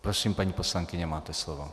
Prosím, paní poslankyně, máte slovo.